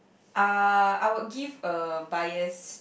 uh I would give a biased